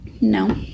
No